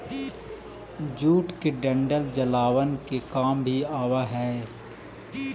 jute के डंठल जलावन के काम भी आवऽ हइ